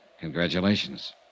Congratulations